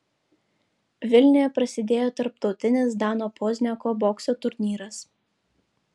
vilniuje prasidėjo tarptautinis dano pozniako bokso turnyras